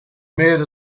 made